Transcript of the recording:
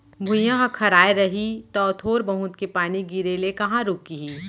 भुइयॉं ह खराय रही तौ थोर बहुत के पानी गिरे ले कहॉं रूकही